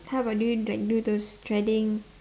how about do you like do those threading